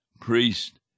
priest